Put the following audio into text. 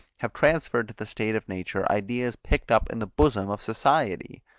have transferred to the state of nature ideas picked up in the bosom of society.